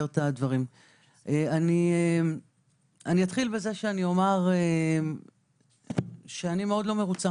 אני אתחיל בזה שאומר שאני מאוד לא מרוצה